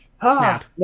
Snap